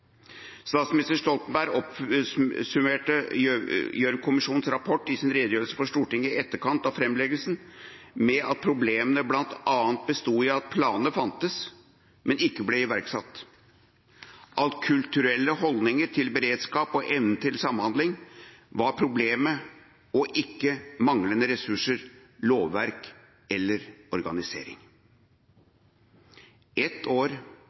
Statsminister Stoltenberg oppsummerte Gjørv-kommisjonens rapport i sin redegjørelse for Stortinget i etterkant av fremleggelsen med å si at problemene bl.a. besto i at planene fantes, men ikke ble iverksatt, og at kulturelle holdninger til beredskap og evnen til samhandling var problemet og ikke manglende ressurser, lovverk eller organisering. – ett år